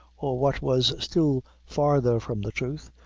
or, what was still farther from the truth,